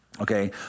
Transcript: Okay